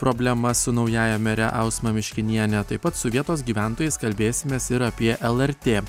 problemas su naująja mere ausma miškiniene taip pat su vietos gyventojais kalbėsimės ir apie lrt